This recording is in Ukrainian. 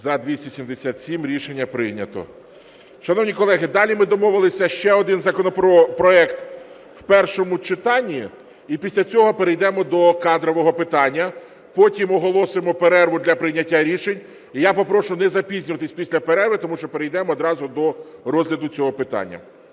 За-277 Рішення прийнято. Шановні колеги, далі ми домовилися ще один законопроект в першому читанні, і після цього перейдемо до кадрового питання. Потім оголосимо перерву для прийняття рішень. І я попрошу не запізнюватися після перерви, тому що перейдемо одразу до розгляду цього питання.